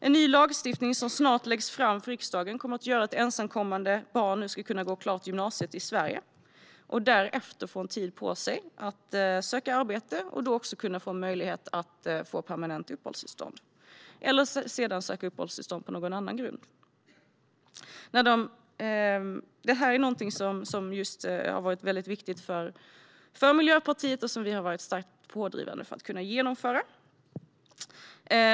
En ny lagstiftning, som snart läggs fram för riksdagen, kommer att göra att ensamkommande barn ska kunna gå klart gymnasiet i Sverige, därefter få en tid på sig att söka arbete och då få möjlighet till permanent uppehållstillstånd eller sedan söka uppehållstillstånd på någon annan grund. Detta är något som har varit viktigt för Miljöpartiet och som vi har varit starkt pådrivande för att kunna genomföra.